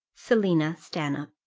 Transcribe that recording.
selina stanhope.